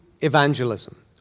evangelism